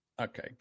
Okay